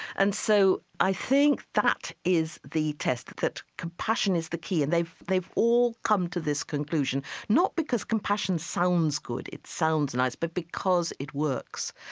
and so i think that is the test, that compassion is the key. and they've they've all come to this conclusion, not because compassion sounds good, it sounds nice, but because it works.